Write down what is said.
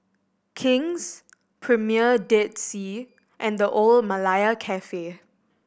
King's Premier Dead Sea and The Old Malaya Cafe